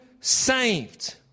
saved